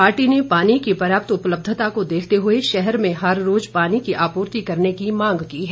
party ने पानी की पर्याप्त उपलब्धता को देखते हुए शहर में हर रोज पानी की आपूर्ति करने की मांग की है